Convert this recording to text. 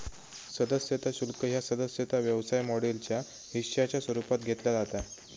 सदस्यता शुल्क ह्या सदस्यता व्यवसाय मॉडेलच्या हिश्शाच्या स्वरूपात घेतला जाता